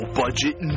budget